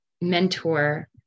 mentor